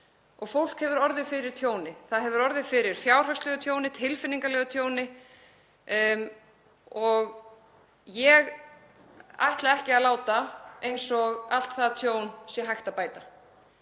og fólk hefur orðið fyrir tjóni. Það hefur orðið fyrir fjárhagslegu tjóni, tilfinningalegu tjóni og ég ætla ekki að láta eins og allt það tjón sé hægt að bæta.